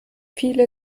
viele